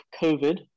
COVID